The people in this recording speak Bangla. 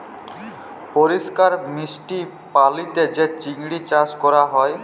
পরিষ্কার মিষ্টি পালিতে যে চিংড়ি চাস ক্যরা হ্যয়